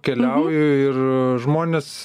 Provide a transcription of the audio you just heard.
keliauju ir žmonės